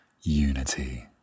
unity